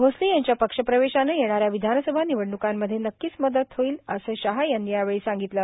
भोसले यांच्या पक्षप्रवेशानं येणाऱ्या विधानसभा निवडण्कांमध्ये नक्कीच मदत होईल असं शहा यांनी यावेळी सांगितलं